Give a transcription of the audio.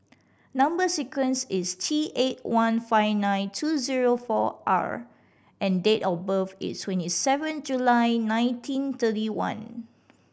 number sequence is T eight one five nine two zero four R and date of birth is twenty seven July nineteen thirty one